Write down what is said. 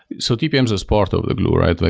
so tpm is is part of the glue, right?